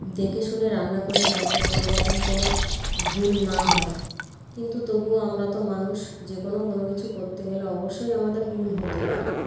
দেখে শুনে রান্না করি যাতে কোনও রকম কোনও ভুল না হয় কিন্তু তবুও আমরা তো মানুষ যে কোনও কোনও কিছু করতে গেলে অবশ্যই আমাদের ভুল হতে পারে